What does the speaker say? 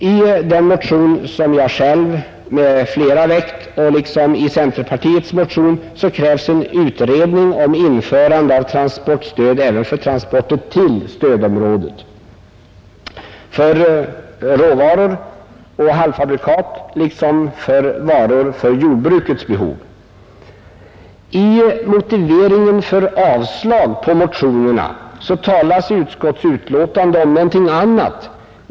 I den motion som jag själv tillsammans med övriga motionärer väckt liksom i centerpartiets motion krävs en utredning om införande av transportstöd även för transporter till stödområdet för råvaror och halvfabrikat samt för varor för jordbrukets behov. I motiveringen för avslag på motionerna talas i utskottsutlåtandet om någonting annat.